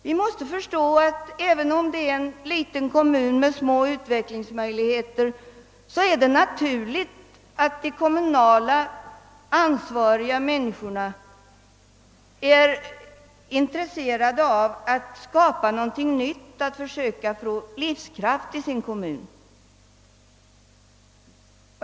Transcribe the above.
Vi måste förstå att de kommunalt ansvariga även i en liten kommun med små utvecklingsmöjligheter är intresserade av att skapa något nytt och försöka ge livskraft åt sin kommun.